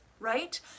Right